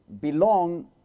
belong